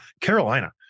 Carolina